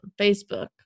Facebook